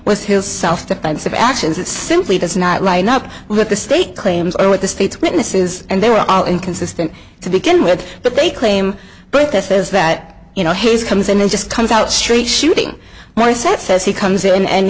was his self defense of actions that simply does not line up with the state claims or with the state's witnesses and they were all inconsistent to begin with but they claim but that says that you know his comes in and just comes out straight shooting morissette says he comes in and